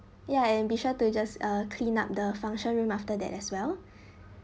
ya and to just a clean up the function room after that as well